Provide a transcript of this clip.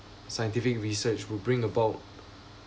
scientific research will bring about